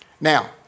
Now